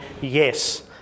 yes